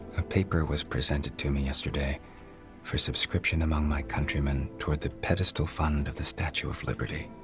a paper was presented to me yesterday for subscription among my countrymen toward the pedestal fund of the statue of liberty.